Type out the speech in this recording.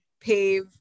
pave